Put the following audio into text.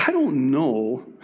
yeah don't know.